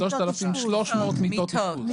3,300 מיטות אשפוז.